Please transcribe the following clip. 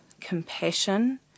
compassion